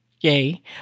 Yay